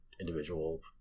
individual